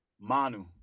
Manu